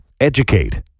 educate